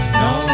no